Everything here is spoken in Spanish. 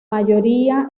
mayoría